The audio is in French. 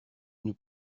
nous